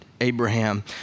Abraham